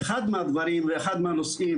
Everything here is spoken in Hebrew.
אחד מהדברים ואחד מהנושאים